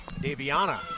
Daviana